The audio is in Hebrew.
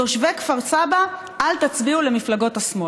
תושבי כפר סבא, אל תצביעו למפלגות השמאל".